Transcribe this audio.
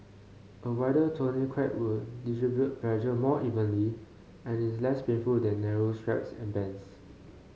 a wider tourniquet will distribute pressure more evenly and is less painful than narrow straps and bands